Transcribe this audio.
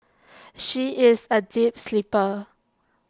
she is A deep sleeper